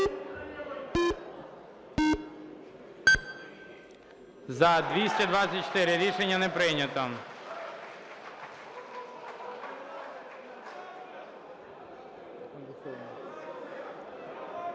За-108 Рішення не прийнято.